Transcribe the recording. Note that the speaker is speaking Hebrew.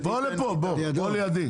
תוך כמה זמן יהיו החלטות בעניין הזה?